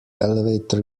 elevator